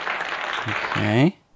Okay